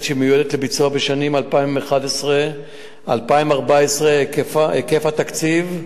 שמיועדת לביצוע בשנים 2011 2014. היקף התקציב,